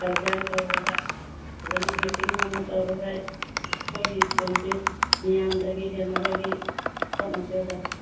guardian ꯀꯧꯔꯒ ꯐꯖꯟꯅ meeting ꯑꯃ ꯇꯧꯔꯒ ꯑꯩꯈꯣꯏꯒꯤ ꯁ꯭ꯀꯨꯜꯁꯦ ꯃꯤꯌꯥꯝꯗꯒꯤ ꯍꯦꯟꯅꯕꯒꯤ ꯍꯣꯠꯅꯁꯦ ꯑꯣꯖꯥ